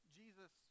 jesus